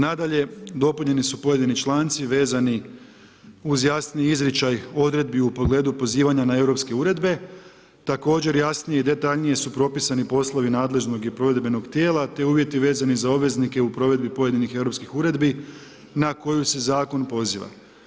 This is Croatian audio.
Nadalje, dopunjeni su pojedini članci vezani uz jasni izričaj odredbi u pogledu pozivanja na europske uredbe, također jasnije i detaljnije su propisani poslovi nadležnog i provedbenog tijela te uvjeti vezani za obveznike u provedbi pojedinih europskih uredbi na koju se zakon poziva.